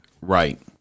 right